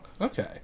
Okay